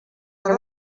que